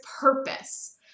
purpose